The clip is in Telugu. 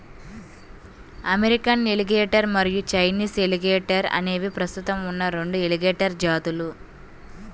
అమెరికన్ ఎలిగేటర్ మరియు చైనీస్ ఎలిగేటర్ అనేవి ప్రస్తుతం ఉన్న రెండు ఎలిగేటర్ జాతులు